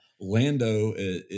Lando